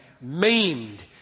maimed